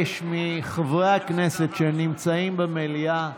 מחברי הכנסת שנמצאים במליאה,